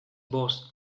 both